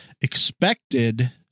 expected